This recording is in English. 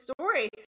story